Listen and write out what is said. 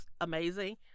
amazing